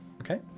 Okay